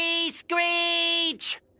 Screech